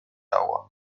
agua